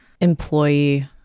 employee